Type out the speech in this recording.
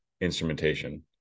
instrumentation